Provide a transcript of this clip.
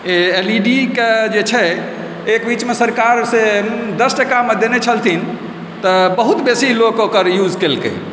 जे एलईडीके जे छै एक बीचमे सरकार से दस टाकामे देने छलथिन तऽ बहुत बेसी लोक ओकर यूज केलकै